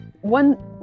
one